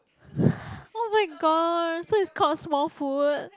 oh my god so it's called Small Foot